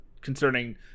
concerning